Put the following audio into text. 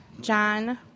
John